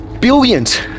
billions